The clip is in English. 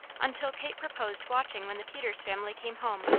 until kate proposed watching when the peters family came home,